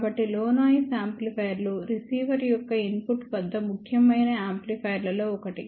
కాబట్టి low noise యాంప్లిఫైయర్లు receiver యొక్క ఇన్పుట్ వద్ద ముఖ్యమైన యాంప్లిఫైయర్లలో ఒకటి